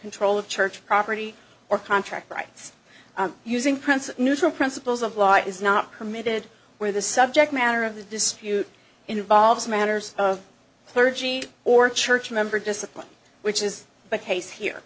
control of church property or contract rights using prince neutral principles of law is not permitted where the subject matter of the dispute involves matters of clergy or church member discipline which is the case here